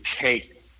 take